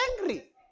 angry